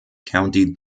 county